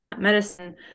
medicine